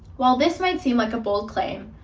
while this might seem like a bold claim,